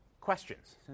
questions